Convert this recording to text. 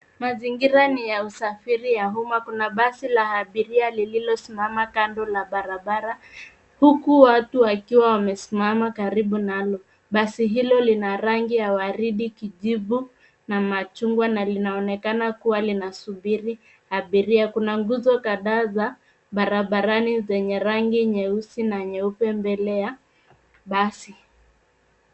Mazingira ni ya usafiri ya umma, kuna basi la abiria lililosimama kando la barabara huku watu wakiwa wamesimama karibu nalo. Basi hilo lina rangi ya waridi, kijivu na machungwa na linaonekana kuwa linasubiri abiria. Kuna nguzo kadhaa za barabarani zenye rangi nyeusi na nyeupe mbele ya basi.